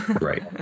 Right